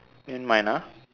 then mine ah